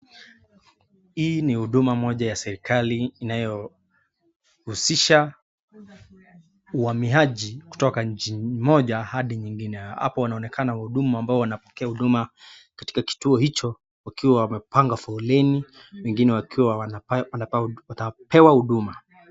Hii ni huduma moja ya serikali inayohusisha uhamiaji kutoka nchi moja hadi nyingine. Hapa wanaonekana wahudumu ambao wanapokea huduma katika kituo hicho wakiwa wamepanga foleni wengine wakiwa wanapewa huduma.